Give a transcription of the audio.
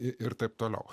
ir taip toliau